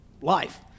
life